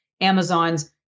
Amazons